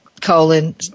colon